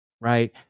Right